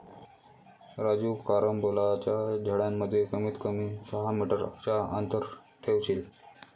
राजू कारंबोलाच्या झाडांमध्ये कमीत कमी सहा मीटर चा अंतर ठेवशील